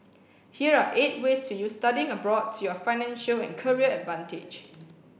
here are eight ways to use studying abroad to your financial and career advantage